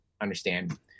understand